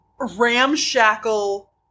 ramshackle